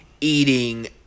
eating